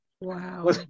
Wow